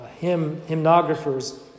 hymnographers